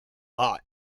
lot